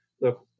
look